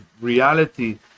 reality